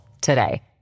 today